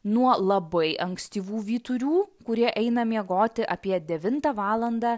nuo labai ankstyvų vyturių kurie eina miegoti apie devintą valandą